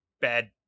bad